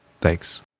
Thanks